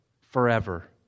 Forever